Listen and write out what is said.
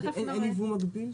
תיכף נראה.